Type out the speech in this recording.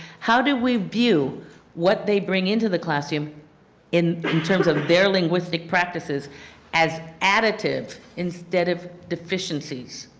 how do we view what they bring into the classroom in in terms of their linguistic practices as additive instead of deficiencies?